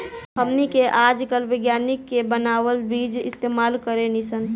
हमनी के आजकल विज्ञानिक के बानावल बीज इस्तेमाल करेनी सन